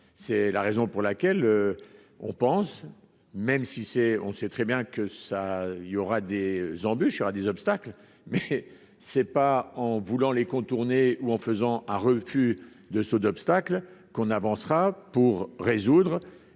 c'est la raison pour laquelle on pense même si c'est, on sait très bien que ça, il y aura des embûches, y aura des obstacles mais c'est pas en voulant les contourner ou en faisant un refus de saut d'obstacles qu'on avancera pour résoudre